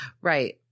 Right